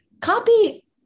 Copy